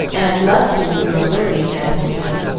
and i'd love to, if you are willing, asked jill.